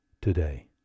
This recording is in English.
today